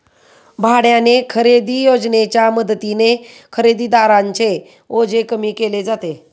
भाड्याने खरेदी योजनेच्या मदतीने खरेदीदारांचे ओझे कमी केले जाते